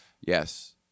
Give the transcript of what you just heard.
Yes